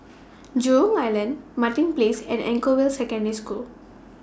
Jurong Island Martin Place and Anchorvale Secondary School